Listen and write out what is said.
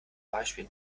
beispiel